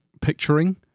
picturing